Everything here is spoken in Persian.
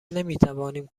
نمیتوانیم